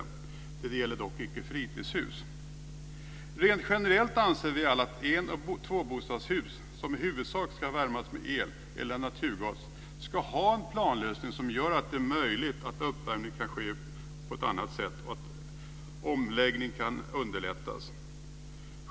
Detta gäller dock inte fritidshus. Rent generellt ska en och tvåbostadshus, som i huvudsak ska värmas med el eller naturgas, ha en planlösning som gör det möjligt att ha en uppvärmning på ett annat sätt och att omläggning kan underlättas.